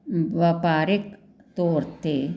ਵਪਾਰਿਕ ਤੌਰ 'ਤੇ